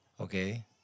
okay